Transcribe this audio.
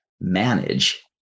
manage